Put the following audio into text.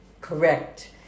correct